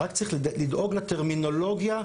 רק צריך לדאוג לטרמינולוגיה,